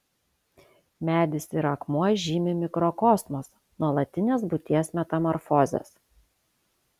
medis ir akmuo žymi mikrokosmosą nuolatines būties metamorfozes